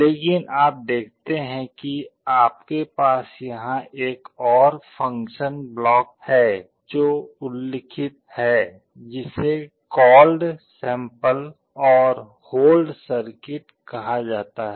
लेकिन आप देखते हैं कि आपके पास यहां एक और फंक्शनल ब्लॉक है जो उल्लिखित है जिसे कॉल्ड सैंपल और होल्ड सर्किट कहा जाता है